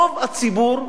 רוב הציבור,